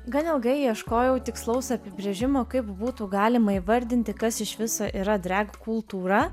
gan ilgai ieškojau tikslaus apibrėžimo kaip būtų galima įvardinti kas iš viso yra dreg kultūra